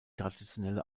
traditionelle